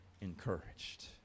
encouraged